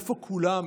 איפה כולם?